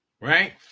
right